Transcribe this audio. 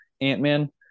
ant-man